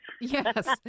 Yes